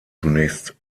zunächst